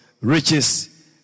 riches